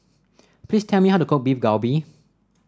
please tell me how to cook Beef Galbi